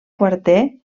quarter